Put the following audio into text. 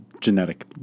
genetic